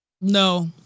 No